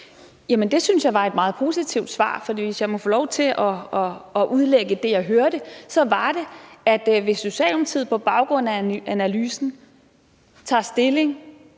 jeg var et meget positivt svar, for hvis jeg må få lov til at udlægge det, jeg hørte, så var det, at hvis Socialdemokratiet på baggrund af analysen tager stilling